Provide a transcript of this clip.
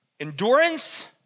endurance